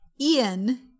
Ian –